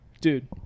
Dude